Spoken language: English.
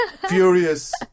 furious